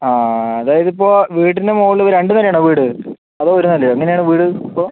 ആ അതായത് ഇപ്പം വീട്ടിൻ്റെ മുകളിൽ രണ്ട് നിലയാണോ വീട് അതോ ഒരു നിലയോ എങ്ങനെ ആണ് വീട് ഇപ്പോൾ